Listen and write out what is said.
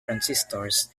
transistors